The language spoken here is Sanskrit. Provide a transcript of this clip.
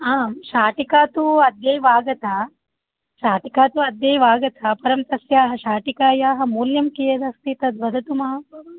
आं शाटिका तु अद्यैव आगता शाटिका तु अद्यैव आगता परं तस्याः शाटिकायाः मूल्यं कियदस्ति तद्वदतु मह